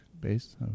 base